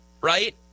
right